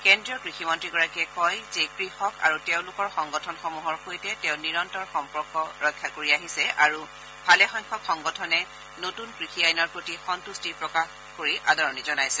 কেন্দ্ৰীয় কৃষিমন্ত্ৰীগৰাকীয়ে কয় যে কৃষক আৰু তেওঁলোকৰ সংগঠনসমূহৰ সৈতে তেওঁ নিৰন্তৰ সম্পৰ্ক কৰি আছে আৰু ভালেসংখ্যক সংগঠনে নতুন কৃষি আইনৰ প্ৰতি সন্তুট্টি প্ৰকাশ কৰি আদৰণি জনাইছে